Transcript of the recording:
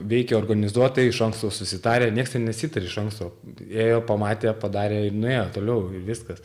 veikė organizuotai iš anksto susitarę nieks ten nesitarė iš anksto ėjo pamatė padarė ir nuėjo toliau viskas